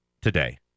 today